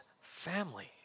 family